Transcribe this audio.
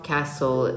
Castle